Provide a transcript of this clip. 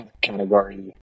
category